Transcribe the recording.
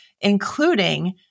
including